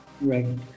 Right